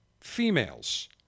females